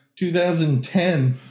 2010